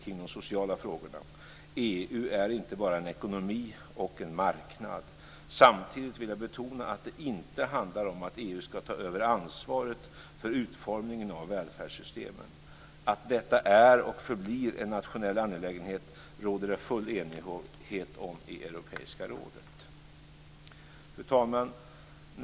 Samtidigt vill jag betona att det inte handlar om att EU ska ta över ansvaret för utformningen av välfärdssystemen. Att detta är och förblir en nationell angelägenhet råder det full enighet om i Europeiska rådet. Fru talman!